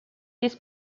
this